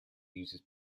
uses